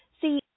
See